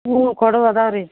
ಹ್ಞೂ ಕೊಡೋವು ಇದಾವ್ ರೀ